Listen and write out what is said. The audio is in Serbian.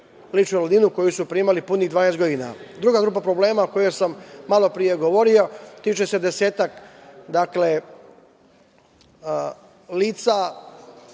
ličnu invalidninu, koju su primali punih 12 godina. Druga grupa problema o kojoj sam malo pre govorio, tiče se desetak lica